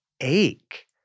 ache